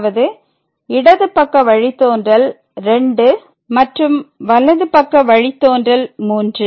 அதாவது இடது பக்க வழித்தோன்றல் 2 மற்றும் வலது பக்க வழித்தோன்றல் 3